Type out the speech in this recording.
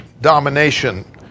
domination